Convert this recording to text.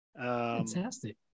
Fantastic